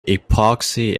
epoxy